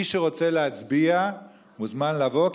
מי שרוצה להצביע מוזמן לבוא,